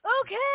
Okay